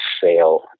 sale